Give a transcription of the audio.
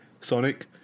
Sonic